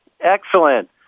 Excellent